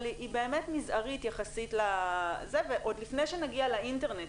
אבל היא באמת מזערית יחסית ועוד לפני שנגיע לאינטרנט,